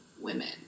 women